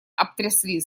обтрясли